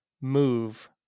move